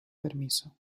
permiso